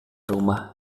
rumah